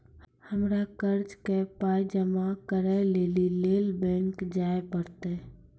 हमरा कर्जक पाय जमा करै लेली लेल बैंक जाए परतै?